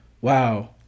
wow